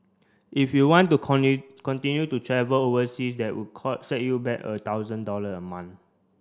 if you want to continue to travel overseas that would set you back a thousand dollar a month